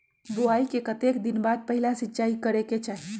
बोआई के कतेक दिन बाद पहिला सिंचाई करे के चाही?